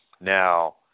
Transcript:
Now